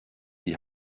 die